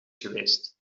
geweest